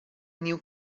new